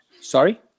sorry